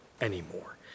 Anymore